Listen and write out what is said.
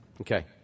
Okay